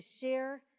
share